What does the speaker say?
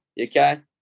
okay